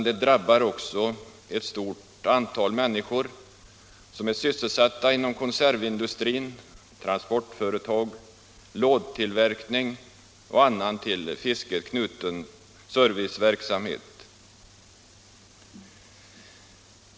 Den drabbar också ett stort antal människor som är sysselsatta inom konservindustrin, och den drabbar transportföretag, lådtillverkningsföretag och annan till fisket knuten serviceverksamhet.